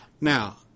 Now